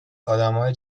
ادمای